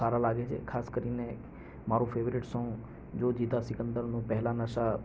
સારા લાગે છે ખાસ કરીને મારું ફેવરેટ સોંગ જો જીતા સિકંદરનું પહેલા નશા